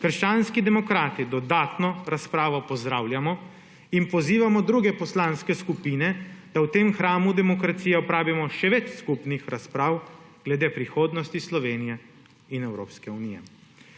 Krščanski demokrati dodatno razpravo pozdravljamo in pozivamo druge poslanske skupine, da v tem hramu demokracije opravimo še več skupnih razprav glede prihodnosti Slovenije in Evropske unije.